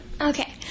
Okay